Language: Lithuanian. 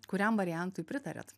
kuriam variantui pritariat